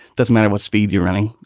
doesn't matter what speed you're running,